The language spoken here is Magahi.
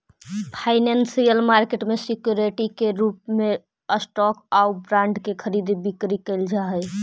फाइनेंसियल मार्केट में सिक्योरिटी के रूप में स्टॉक आउ बॉन्ड के खरीद बिक्री कैल जा हइ